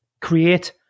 create